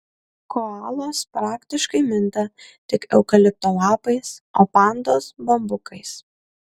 koalos praktiškai minta tik eukalipto lapais o pandos bambukais